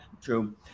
true